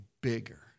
bigger